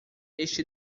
este